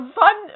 fun